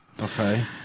Okay